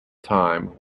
time